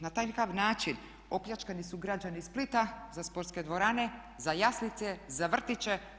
Na takav način opljačkani su građani Splita za sportske dvorane, za jaslice, za vrtiće.